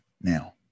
now